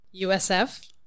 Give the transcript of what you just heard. USF